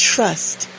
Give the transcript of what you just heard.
Trust